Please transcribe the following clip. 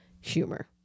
humor